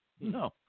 No